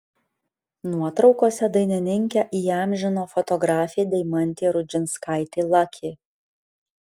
nuotraukose dainininkę įamžino fotografė deimantė rudžinskaitė laki